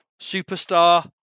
superstar